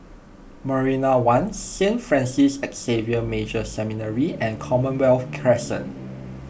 Marina one Saint Francis Xavier Major Seminary and Commonwealth Crescent